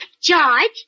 George